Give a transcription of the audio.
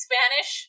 Spanish